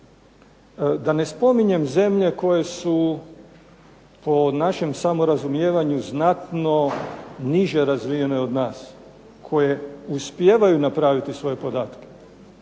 Da ne spominjem zemlje koje su po našem samorazumjevanju znatno niže razvijene od nas koje uspijevaju napraviti svoje podatke.